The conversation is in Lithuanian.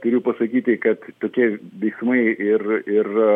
turiu pasakyti kad tokie veiksmai ir ir